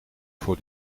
voor